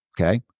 okay